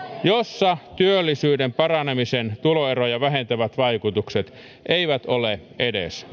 jossa työllisyyden paranemisen tuloeroja vähentävät vaikutukset eivät ole edes